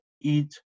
eat